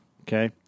okay